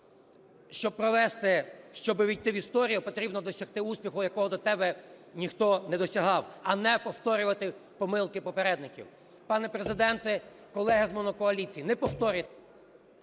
Щоб увійти в історію, потрібно досягти успіху, якого до тебе ніхто не досягав, а не повторювати помилки попередників. Пане Президент, колеги з монокоаліції, не повторюйте…